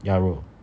鸭肉